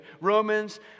Romans